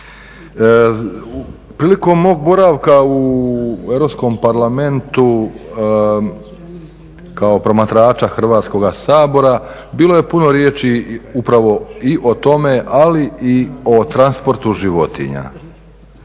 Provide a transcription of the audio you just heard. Prilikom mog boravka u Europskom parlamentu kao promatrača Hrvatskoga sabora bilo je puno riječi upravo i o tome ali i o transportu životinja.